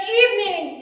evening